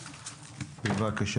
בבקשה.